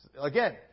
Again